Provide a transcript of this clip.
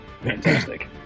Fantastic